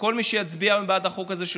כל מי שיצביע היום בעד החוק הזה של